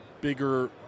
bigger